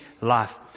life